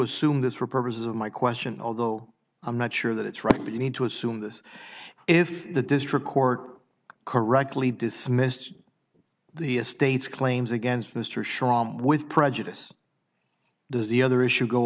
assume this for purposes of my question although i'm not sure that it's right but you need to assume this if the district court correctly dismissed the state's claims against mr shawn with prejudice does the other issue go